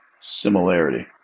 similarity